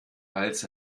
als